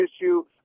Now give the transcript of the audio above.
issue